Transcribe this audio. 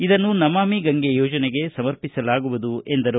ಇದನ್ನು ನಮಾಮಿ ಗಂಗೆ ಯೋಜನೆಗೆ ಸಮರ್ಪಿಸಲಾಗುವುದು ಎಂದರು